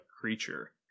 creature